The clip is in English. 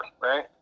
right